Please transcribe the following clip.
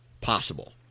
possible